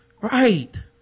right